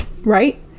right